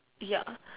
ya